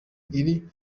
iri